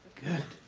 good.